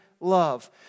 love